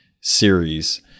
series